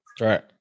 Right